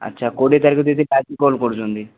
ଆଚ୍ଛା କୋଡ଼ିଏ ତାରିଖ ଦେଇଥିଲେ ଆଜି କଲ୍ କରୁଛନ୍ତି